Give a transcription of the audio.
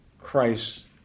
Christ